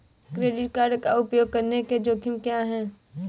Credit card का उपयोग करने के जोखिम क्या हैं?